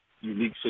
unique